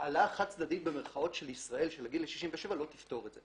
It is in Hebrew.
העלאה "חד-צדדית" של ישראל לגיל 67 לא תפתור את זה.